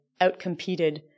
outcompeted